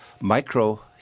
micro